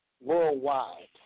worldwide